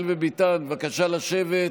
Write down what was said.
וביטן, בבקשה לשבת.